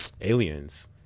aliens